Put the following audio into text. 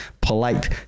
polite